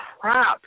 crap